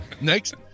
Next